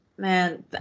Man